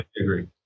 agree